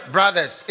brothers